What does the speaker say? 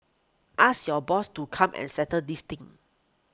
ask your boss to come and settle this thing